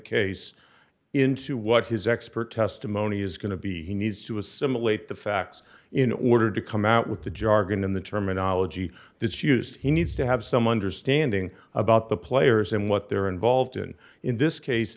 case into what his expert testimony is going to be he needs to assimilate the facts in order to come out with the jargon in the terminology that's used he needs to have some understanding about the players and what they're involved in in this case